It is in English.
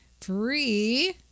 free